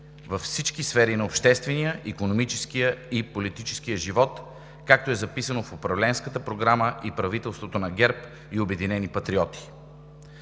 във всички сфери на обществения, икономическия и политическия живот, както е записано в Управленската програма и правителството на ГЕРБ и „Обединени патриоти“.